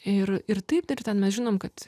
ir ir taip ir ten mes žinom kad